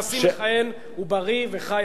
הנשיא המכהן הוא בריא וחי.